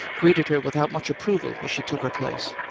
greeted her without much approval as she took her place.